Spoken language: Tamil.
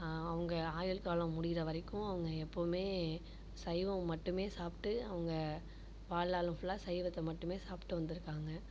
அவங்க ஆயுட்காலம் முடிகிற வரைக்கும் அவங்க எப்பவுமே சைவம் மட்டுமே சாப்பிட்டு அவங்க வாழ்நாள் ஃபுல்லாக சைவத்தை மட்டுமே சாப்பிட்டு வந்திருக்காங்க